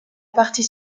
partie